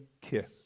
kiss